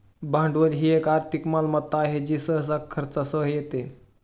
भांडवल ही एक आर्थिक मालमत्ता आहे जी सहसा खर्चासह येते